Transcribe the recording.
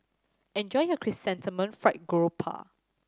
enjoy your Chrysanthemum Fried Garoupa